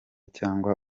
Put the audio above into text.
cyangwa